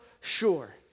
sure